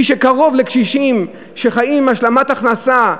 מי שקרוב לקשישים שחיים עם השלמת הכנסה,